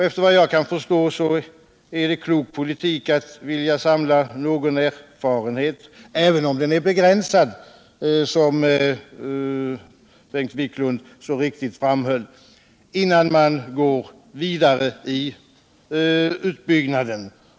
Efter vad jag kan förstå är det klok politik att vilja samla någon erfarenhet, även om den är begränsad som Bengt Wiklund så riktigt framhöll, innan man går vidare i utbyggnaden.